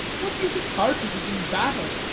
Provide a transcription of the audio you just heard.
what use are cartridges in battle?